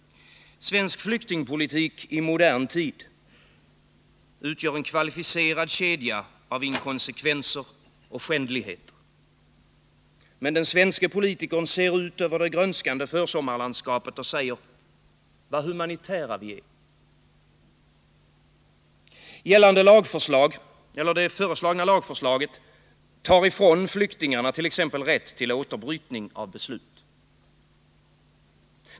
Svensk flyktingpolitik i modern tid utgör en kvalificerad kedja av inkonsekvenser och skändligheter. Men den svenske politikern ser ut över det grönskande försommarlandskapet och säger: Vad humanitära vi är. Det föreliggande lagförslaget tar ifrån flyktingarna t.ex. rätt till återbrytning av beslut.